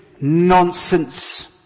nonsense